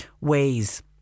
ways